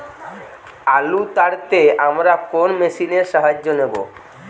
আলু তাড়তে আমরা কোন মেশিনের সাহায্য নেব?